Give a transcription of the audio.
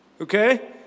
Okay